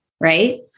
right